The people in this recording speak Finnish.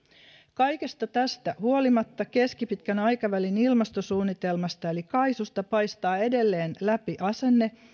kaikesta tästä huolimatta keskipitkän aikavälin ilmastosuunnitelmasta eli kaisusta paistaa edelleen läpi asenne